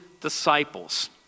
disciples